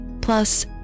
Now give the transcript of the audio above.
plus